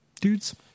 dudes